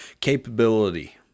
capability